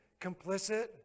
complicit